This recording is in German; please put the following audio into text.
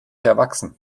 erwachsen